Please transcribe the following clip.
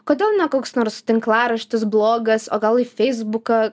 kodėl ne koks nors tinklaraštis blogas o gal į feisbuką